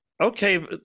okay